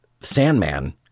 Sandman